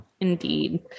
Indeed